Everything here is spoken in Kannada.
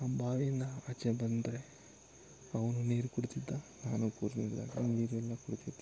ಅವ್ನು ಬಾವಿಯಿಂದ ಆಚೆ ಬಂದರೆ ಅವನೂ ನೀರು ಕುಡಿದಿದ್ದ ನಾನೂ ಕುರ್ದಿದ್ ನೀರೆಲ್ಲ ಕುಡಿದಿದ್ದೆ